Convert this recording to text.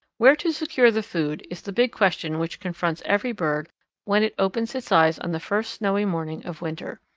where to secure the food is the big question which confronts every bird when it opens its eyes on the first snowy morning of winter.